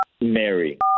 mary